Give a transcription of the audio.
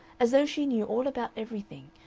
as though she knew all about everything,